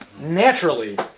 naturally